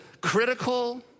critical